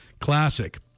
Classic